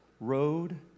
road